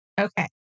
Okay